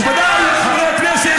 אני, באמת, מכובדיי חברי הכנסת,